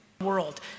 world